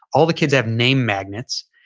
all the kids have name magnets.